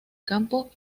campo